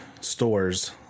stores